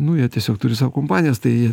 nu jie tiesiog turi savo kompanijas tai